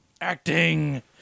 Acting